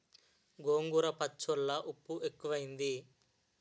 గోంగూర పచ్చళ్ళో ఉప్పు ఎక్కువైంది